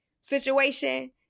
situation